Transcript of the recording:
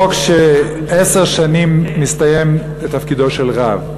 חוק שאחרי עשר שנים מסתיים תפקידו של רב.